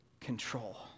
control